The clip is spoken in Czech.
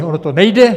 Ono to nejde.